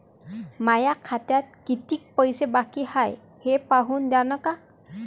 माया खात्यात कितीक पैसे बाकी हाय हे पाहून द्यान का?